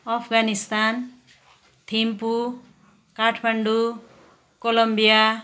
Afghanistan Thimphu Kathmandu Colombia